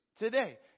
Today